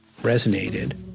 resonated